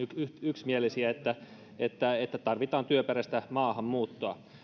yksimielisiä että että tarvitaan työperäistä maahanmuuttoa